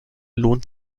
lohnt